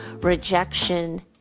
rejection